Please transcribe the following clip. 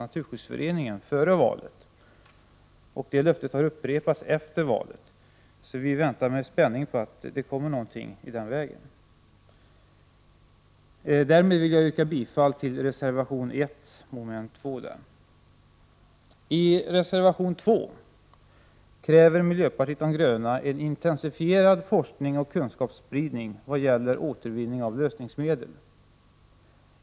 Naturskyddsföreningen löfte om att utforma en sådan lagstiftning. Löftet har upprepats efter valet, så vi väntar med spänning på att det skall komma någonting i den här vägen. Därmed vill jag yrka bifall till reservation 1. I reservation 2 kräver miljöpartiet de gröna en intensifierad forskning och kunskapsspridning vad gäller återvinning av lösningsmedel.